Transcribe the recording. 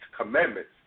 commandments